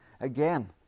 again